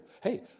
Hey